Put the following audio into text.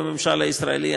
בממשל הישראלי,